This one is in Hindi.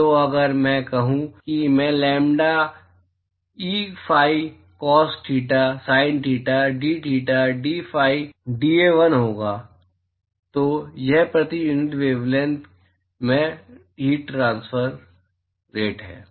तो अगर मैं यह कहूं कि मैं lambda e phi cos theta sin theta d theta d phi d A 1 होगा तो वह प्रति यूनिट वेवलैंथ में हीट ट्रांसफर रेट है